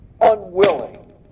unwilling